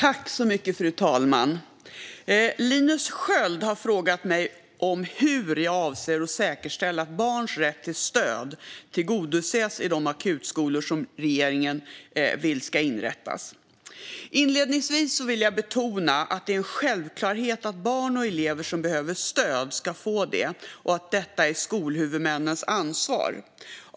Fru talman! Linus Sköld har frågat mig hur jag avser att säkerställa att barns rätt till stöd tillgodoses i de akutskolor som regeringen vill ska inrättas. Inledningsvis vill jag betona att det är en självklarhet att barn och elever som behöver stöd ska få det och att detta är skolhuvudmännens ansvar.